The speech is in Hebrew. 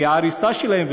כי ההריסה שלהם,